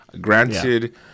granted